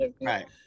Right